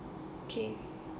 K